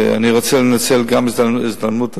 ואני רוצה לנצל את ההזדמנות הזאת: